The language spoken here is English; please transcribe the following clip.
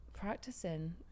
practicing